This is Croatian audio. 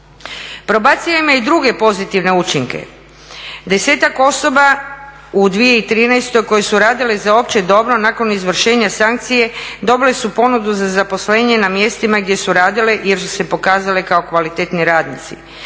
Probacija ima i druge pozitivne učinke. Desetak osoba u 2013. koje su radile za opće dobro nakon izvršenja sankcije dobile su ponudu za zaposlenje na mjestima gdje su radile jer su se pokazale kao kvalitetni radnici.